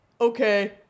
okay